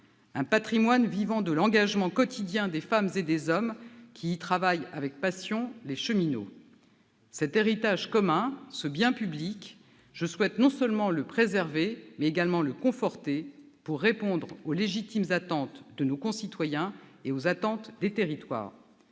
un patrimoine vivant de l'engagement quotidien des femmes et des hommes qui y travaillent avec passion : les cheminots. Cet héritage commun, ce bien public, je souhaite non seulement le préserver, mais également le conforter, pour répondre aux légitimes attentes de nos concitoyens et des territoires.